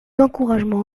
encouragements